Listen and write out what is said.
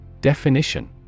Definition